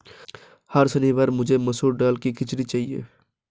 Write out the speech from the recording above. हर शनिवार मुझे मसूर दाल की खिचड़ी चाहिए